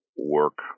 work